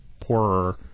poorer